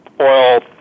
oil